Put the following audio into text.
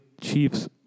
Chiefs